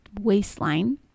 waistline